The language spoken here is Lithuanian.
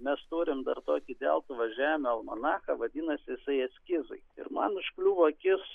mes turim dar tokį deltuvos žemių almanachą vadinasi jisai eskizai ir man užkliuvo akis